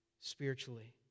spiritually